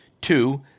two